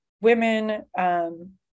women